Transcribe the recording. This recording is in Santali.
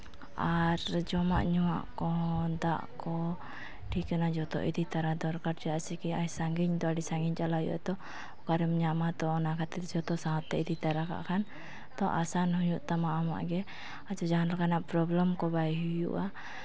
ᱟᱨ ᱡᱚᱢᱟᱜ ᱧᱩᱣᱟᱜ ᱠᱚᱦᱚᱸ ᱫᱟᱜ ᱠᱚ ᱴᱷᱤᱠᱟᱹᱱᱟ ᱡᱚᱛᱚ ᱤᱫᱤ ᱛᱟᱨᱟ ᱫᱚᱨᱠᱟᱨ ᱪᱮᱫᱟᱜ ᱥᱮ ᱠᱤ ᱥᱟᱺᱜᱤᱧ ᱫᱚ ᱟᱹᱰᱤ ᱥᱟᱺᱜᱤᱧ ᱪᱟᱞᱟᱜ ᱦᱩᱭᱩᱜᱼᱟ ᱛᱚ ᱚᱠᱟᱨᱮᱢ ᱧᱟᱢᱟ ᱚᱱᱟ ᱠᱷᱟᱹᱛᱤᱨ ᱡᱚᱛᱚ ᱥᱟᱶᱛᱮ ᱤᱫᱤ ᱛᱟᱨᱟ ᱠᱟᱜ ᱠᱷᱟᱱ ᱟᱥᱟᱱ ᱦᱩᱭᱩᱜ ᱛᱟᱢᱟ ᱟᱢᱟᱜᱼᱜᱮ ᱟᱨ ᱡᱟᱦᱟᱸ ᱞᱮᱠᱟᱱᱟᱜ ᱯᱨᱚᱵᱽᱞᱮᱢ ᱠᱚ ᱵᱟᱭ ᱦᱩᱭᱩᱜᱼᱟ